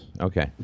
Okay